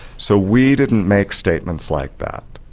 so we didn't make statements like that.